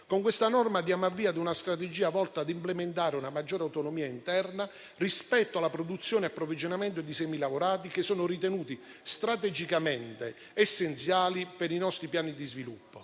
Con questa norma diamo avvio a una strategia volta ad implementare una maggiore autonomia interna rispetto alla produzione e approvvigionamento di semilavorati che sono ritenuti strategicamente essenziali per i nostri piani di sviluppo.